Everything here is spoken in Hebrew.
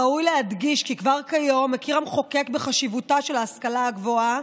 ראוי להדגיש כי כבר כיום מכיר המחוקק בחשיבותה של ההשכלה הגבוהה